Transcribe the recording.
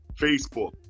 Facebook